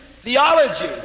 theology